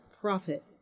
profit